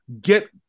get